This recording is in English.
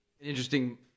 interesting